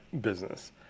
business